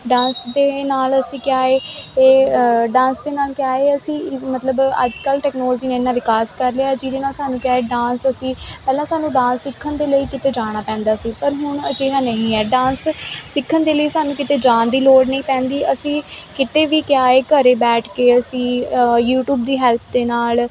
dance ਦੇ ਨਾਲ ਅਸੀਂ ਕਿਆ ਏ ਏਹ ਡਾਂਸ ਨਾਲ ਕਿਆ ਏ ਅਸੀਂ ਮਤਲਬ ਅੱਜ ਕੱਲ੍ਹ ਟੈਕਨੋਲਜੀ ਨੇ ਇਨ੍ਹਾਂ ਵਿਕਾਸ ਕਰ ਲਿਆ ਜਿਹਦੇ ਨਾਲ ਸਾਨੂੰ ਕਿਆ ਏ ਡਾਂਸ ਅਸੀਂ ਪਹਿਲਾਂ ਸਾਨੂੰ ਡਾਂਸ ਸਿੱਖਣ ਦੇ ਲਈ ਕਿਤੇ ਜਾਣਾ ਪੈਂਦਾ ਸੀ ਪਰ ਹੁਣ ਅਜਿਹਾ ਨਹੀਂ ਹੈ ਡਾਂਸ ਸਿੱਖਣ ਦੇ ਲਈ ਸਾਨੂੰ ਕਿਤੇ ਜਾਣ ਦੀ ਲੋੜ ਨਹੀਂ ਪੈਂਦੀ ਅਸੀਂ ਕਿਤੇ ਵੀ ਕਿਆ ਏ ਘਰ ਬੈਠ ਕੇ ਅਸੀਂ ਯੂਟੀਊਬ ਦੀ ਹੈਲਪ ਦੇ ਨਾਲ